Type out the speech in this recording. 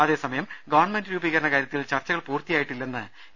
അതേസമയം ഗവൺമെന്റ് രൂപീകരണ കാര്യത്തിൽ ചർച്ചകൾ പൂർത്തിയായിട്ടില്ലെന്ന് എ